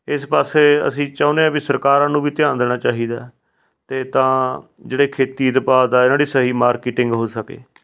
ਇਸ ਪਾਸੇ ਅਸੀਂ ਚਾਹੁੰਦੇ ਆ ਵੀ ਸਰਕਾਰਾਂ ਨੂੰ ਵੀ ਧਿਆਨ ਦੇਣਾ ਚਾਹੀਦਾ ਅਤੇ ਤਾਂ ਜਿਹੜੇ ਖੇਤੀ ਉਤਪਾਦ ਆ ਇਹਨਾਂ ਦੀ ਸਹੀ ਮਾਰਕੀਟਿੰਗ ਹੋ ਸਕੇ